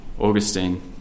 Augustine